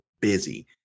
busy